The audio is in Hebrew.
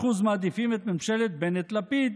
36% מעדיפים את ממשלת בנט-לפיד.